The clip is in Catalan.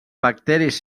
bacteris